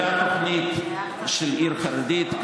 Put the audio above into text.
תוכנית של עיר חרדית.